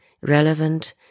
relevant